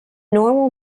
normal